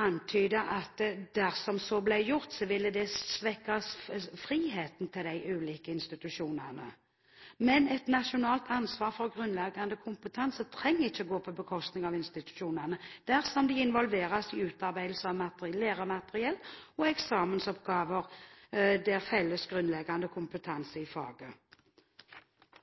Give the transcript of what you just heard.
antyder at dersom så ble gjort, ville det svekke friheten til de ulike institusjonene. Men et nasjonalt ansvar for grunnleggende kompetanse trenger ikke å gå på bekostning av institusjonene dersom de involveres i utarbeidelse av læremateriell og eksamensoppgaver for felles, grunnleggende kompetanse i faget.